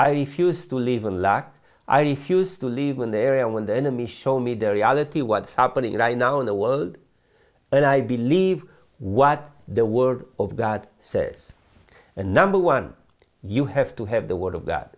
i refuse to live in la i refuse to live in the area when the enemy show me the reality what's happening right now in the world and i believe what the word of god says a number one you have to have the word of that